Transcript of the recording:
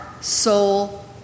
soul